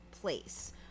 place